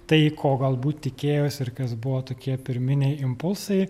tai ko galbūt tikėjausi ir kas buvo tokie pirminiai impulsai